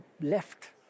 left